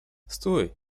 stój